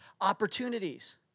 opportunities